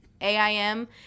AIM